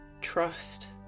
Trust